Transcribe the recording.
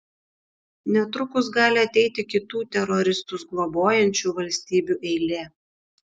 netrukus gali ateiti kitų teroristus globojančių valstybių eilė